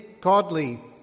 godly